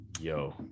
Yo